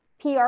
PR